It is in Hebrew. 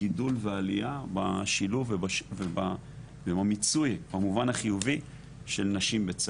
גידול ועלייה בשילוב ובמיצוי במובן החיובי של נשים בצה"ל.